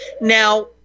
Now